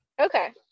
Okay